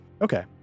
Okay